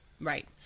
Right